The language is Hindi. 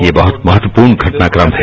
यह बहुत महत्वपूर्ण घटनाक्रम है